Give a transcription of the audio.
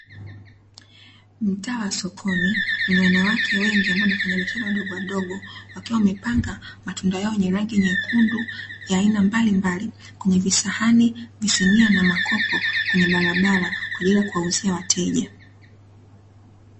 Mtaa wa sokoni wenye wanawake wengi ambao ni wafanyabiashara wadogowadogo, wakiwa wamepanga matunda yao yenye rangi nyekundu ya aina mbalimbali; kwenye visahani, visinia na makopo, kwenye barabara kwa ajili ya kuwauzia wateja.